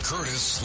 Curtis